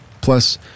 Plus